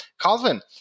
Calvin